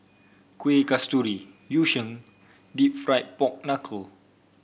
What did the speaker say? Kuih Kasturi Yu Sheng Deep Fried Pork Knuckle